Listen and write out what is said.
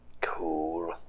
cool